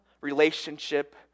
relationship